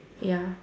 ya